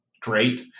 great